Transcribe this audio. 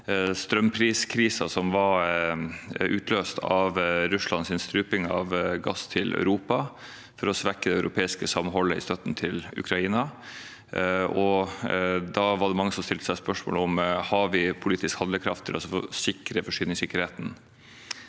av forsyningssikkerheten) 2024 ing av gass til Europa for å svekke det europeiske samholdet i støtten til Ukraina. Da var det mange som stilte seg spørsmål om vi har politisk handlekraft til å sikre forsyningssikkerheten.